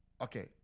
Okay